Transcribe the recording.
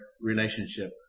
relationship